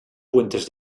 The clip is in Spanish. puentes